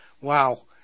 Wow